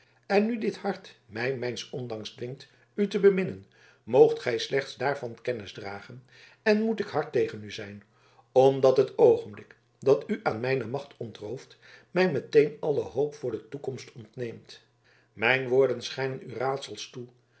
en nu dit hart mij mijns ondanks dwingt u te beminnen moogt gij slechts daarvan kennis dragen en moet ik hard tegen u zijn omdat het oogenblik dat u aan mijne macht ontrooft mij meteen alle hoop voor de toekomst ontneemt mijn woorden schijnen u raadsels toe